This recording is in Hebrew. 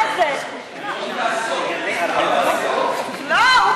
חבר הכנסת מסעוד גנאים,